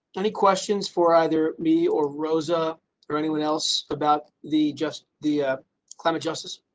any questions for either me or rosa or anyone else about the just the climate justice.